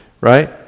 right